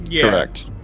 Correct